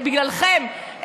בגללכם,